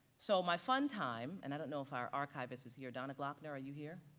so my fun time and i don't know if our archivist is here, donna gloeckner are you here?